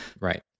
Right